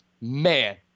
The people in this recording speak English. man